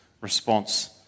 response